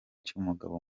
cy’umugabo